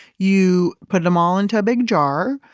you put them all into a big jar.